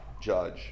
judge